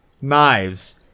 Knives